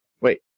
wait